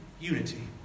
Unity